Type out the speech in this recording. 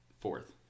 Fourth